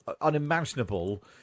unimaginable